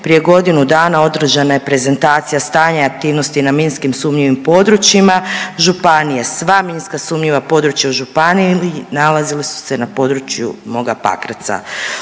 prije godinu dana održana je prezentacija stanja aktivnosti na minskim sumnjivim područjima županije. Sva minska sumnjiva područja u županiji nalazila su se na području moga Pakraca.